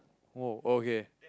!wow! okay